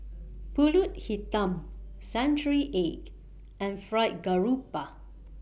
Pulut Hitam Century Egg and Fried Garoupa